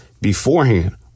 beforehand